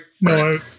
No